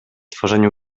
tworzeniu